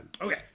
Okay